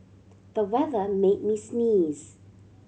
the weather made me sneeze